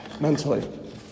mentally